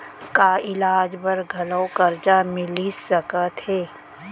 का इलाज बर घलव करजा मिलिस सकत हे?